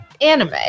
Anime